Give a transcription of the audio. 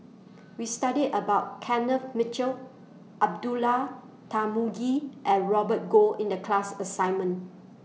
We studied about Kenneth Mitchell Abdullah Tarmugi and Robert Goh in The class assignment